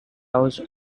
house